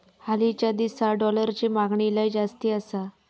हालीच्या दिसात डॉलरची मागणी लय जास्ती आसा